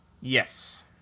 Yes